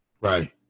Right